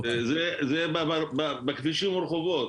זה בכבישים וברחובות,